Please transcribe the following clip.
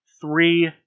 three